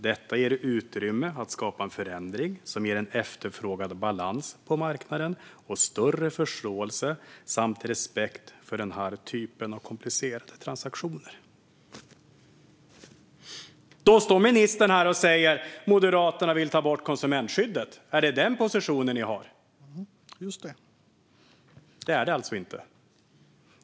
Detta ger utrymme att skapa en förändring som ger en efterfrågad balans på marknaden och större förståelse samt respekt för den här typen av komplicerade transaktioner. Då står ministern här och säger: Moderaterna vill ta bort konsumentskyddet! Är det den positionen ni har? : Just det.) Så är det inte.